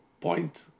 point